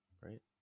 right